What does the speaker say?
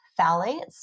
phthalates